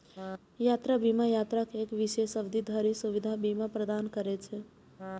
यात्रा बीमा यात्राक एक विशेष अवधि धरि सुरक्षा बीमा प्रदान करै छै